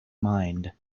mind